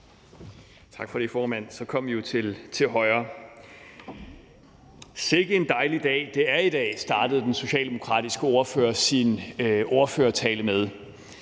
Tak for det, formand. Så kom vi jo til højre. Sikke en dejlig dag, det er i dag, startede den socialdemokratiske ordfører sin ordførertale med.